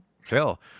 hell